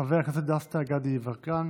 חבר הכנסת דסטה גדי יברקן.